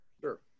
Sure